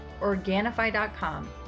Organifi.com